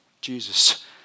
Jesus